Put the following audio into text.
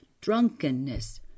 drunkenness